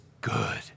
good